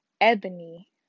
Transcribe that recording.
Ebony